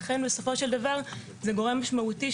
לכן זה גורם משמעותי,